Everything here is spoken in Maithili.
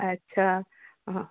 अच्छा हँ